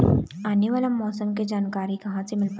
आने वाला मौसम के जानकारी कहां से मिल पाही?